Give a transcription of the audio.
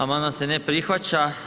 Amandman se ne prihvaća.